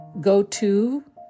go-to